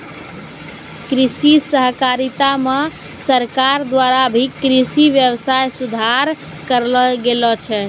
कृषि सहकारिता मे सरकार द्वारा भी कृषि वेवस्था सुधार करलो गेलो छै